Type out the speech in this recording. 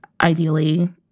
ideally